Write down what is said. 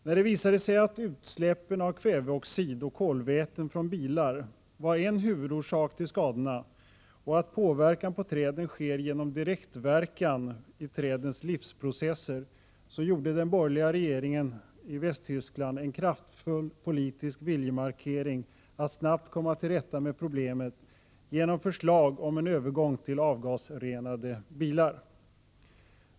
När det visade sig att utsläppen av kväveoxid och kolväten från bilar var en huvudorsak till skadorna och att påverkan på träden sker genom direktverkan i trädens livsprocesser, gjorde den borgerliga västtyska regeringen en kraftfull politisk viljemarkering att snabbt komma till rätta med problemet genom förslag om en övergång till avgasrenade bilar.